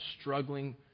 struggling